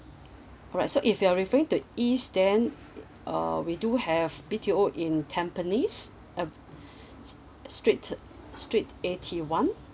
alright so if you're referring to east then uh we do have B_T_O in tampines uh street street eighty one